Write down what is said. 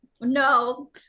No